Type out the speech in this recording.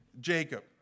Jacob